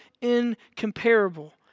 incomparable